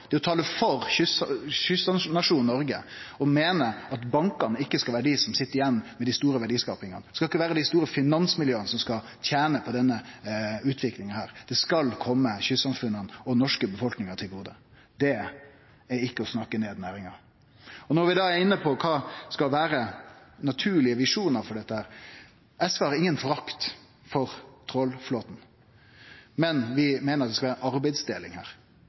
Noreg å meine at bankane ikkje skal vere dei som sit igjen med den store verdiskapinga. Det skal ikkje vere dei store finansmiljøa som skal tene på denne utviklinga her, det skal kome kystsamfunna og den norske befolkninga til gode. Det er ikkje å snakke ned næringa. Når vi da er inne på kva som skal vere naturlege visjonar for dette: SV har ingen forakt for trålflåten, men vi meiner at det skal vere arbeidsdeling her.